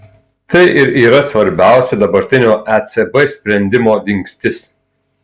tai ir yra svarbiausia dabartinio ecb sprendimo dingstis